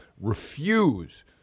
refuse